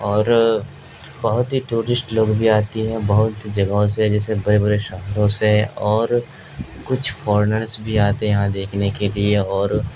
اور بہت ہی ٹورسٹ لوگ بھی آتی ہیں بہت جگہوں سے جیسے بڑے بڑے شہروں سے اور کچھ فورنرس بھی آتے ہیں یہاں دیکھنے کے لیے اور